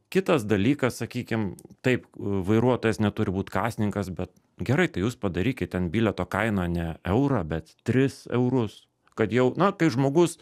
kitas dalykas sakykim taip vairuotojas neturi būt kasininkas bet gerai tai jūs padarykit ten bilieto kainą ne eurą bet tris eurus kad jau na kai žmogus